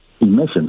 emissions